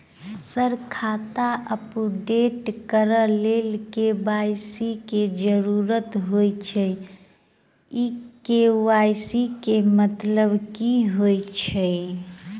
Sir खाता update करऽ लेल के.वाई.सी की जरुरत होइ छैय इ के.वाई.सी केँ मतलब की होइ छैय?